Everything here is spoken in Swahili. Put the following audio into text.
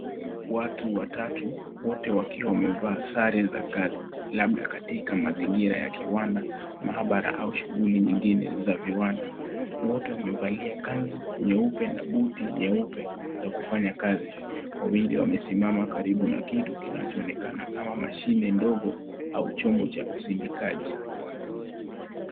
Watu watatu wote wakiwa wamevaa sare za kazi labda katika mazingira ya kiwanda, mahabala au shughuli nyingine za kiwanda. Wote wamevalia kanzu nyeupe na buti nyeupe za kufanya kazi. Wawili wamesimama karibu na kitu kinachoonekana kama mashine ndogo au chombo cha usidikaji.